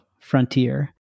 Frontier